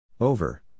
Over